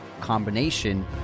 combination